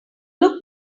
look